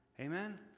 Amen